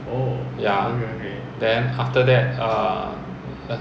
ya then after that err